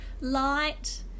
light